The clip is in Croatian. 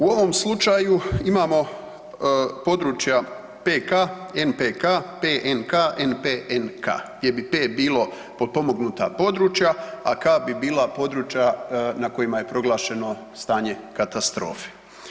U ovom slučaju imamo područja PK, NPK, PNK, NPNK gdje bi P bilo potpomognuta područja, a K bi bila područja na kojima je proglašeno stanje katastrofe.